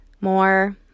more